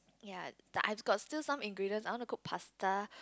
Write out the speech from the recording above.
ya the I got still some ingredients I want to cook pasta